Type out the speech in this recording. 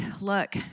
look